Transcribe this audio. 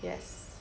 yes